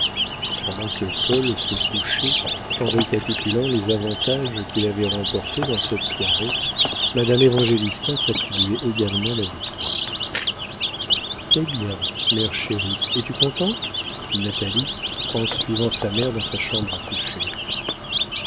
pendant que paul se couchait en récapitulant les avantages qu'il avait remportés dans cette soirée madame évangélista s'attribuait également la victoire eh bien mère chérie es-tu contente dit natalie en suivant sa mère dans sa chambre à coucher